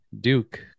Duke